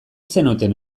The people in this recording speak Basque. zenuten